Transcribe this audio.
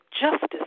justice